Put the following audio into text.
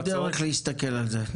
שקלים --- אין לנו צורך להסתכל על זה.